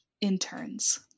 interns